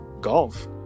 golf